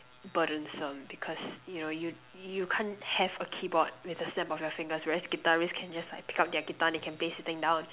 burdensome because you know you you can't have a keyboard with a snap of your fingers whereas guitarists can just like pick up their guitar they can play sitting down